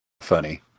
Funny